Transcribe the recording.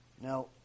Now